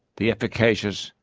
the efficacious,